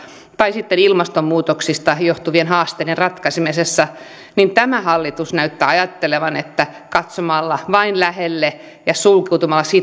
tai sitten ilmastonmuutoksesta johtuvien haasteiden ratkaisemista niin tämä hallitus näyttää ajattelevan että katsomalla vain lähelle ja sulkeutumalla